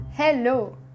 Hello